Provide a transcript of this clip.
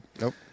Nope